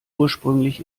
ursprünglich